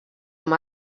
amb